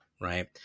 right